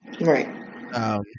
Right